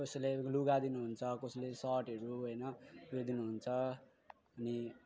कसैले लुगा दिनु हुन्छ कसैले सर्टहरू होइन उयो दिनु हुन्छ अनि